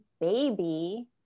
baby